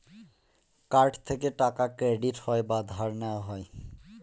card থেকে টাকা credit হয় বা ধার নেওয়া হয়